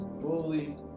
fully